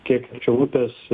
kiek arčiau upės